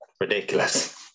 ridiculous